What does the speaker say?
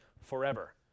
forever